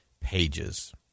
pages